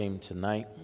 tonight